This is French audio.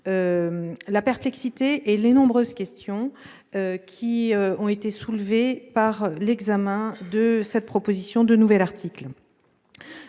la perplexité et les nombreuses questions qu'a soulevées l'examen de cette proposition de nouvel article.